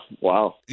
wow